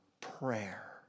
prayer